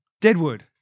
Deadwood